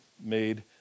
made